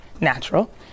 natural